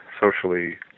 socially